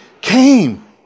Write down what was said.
came